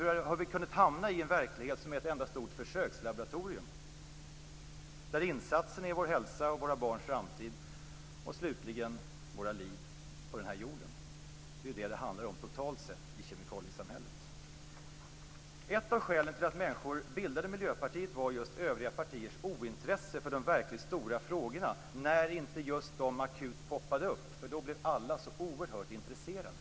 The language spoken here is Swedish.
Hur har vi kunnat hamna i en verklighet som är ett enda stort försökslaboratorium där insatserna är vår hälsa, våra barns framtid och slutligen - våra liv på den här jorden? Det är det som det totalt sett handlar om i kemikaliesamhället. Ett av skälen till att människor bildade Miljöpartiet var just övriga partiers ointresse för de verkligt stora frågorna, dvs. när inte just de frågorna poppade upp. Då blev nämligen alla oerhört intresserade.